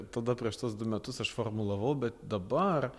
tada prieš tuos du metus aš formulavau bet dabar